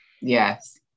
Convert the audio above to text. yes